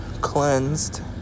cleansed